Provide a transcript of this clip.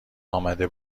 آمده